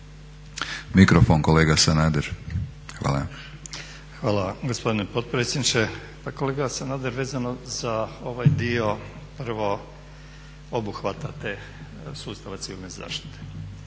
Miroslav (HDZ)** Hvala gospodine potpredsjedniče. Pa kolega Sanader, vezano za ovaj dio prvo obuhvata te sustava civilne zaštite